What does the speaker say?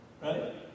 Right